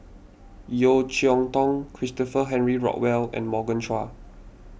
Yeo Cheow Tong Christopher Henry Rothwell and Morgan Chua